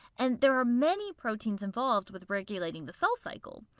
and there are many proteins involved with regulating the cell cycle.